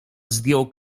zdjął